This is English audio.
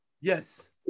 Yes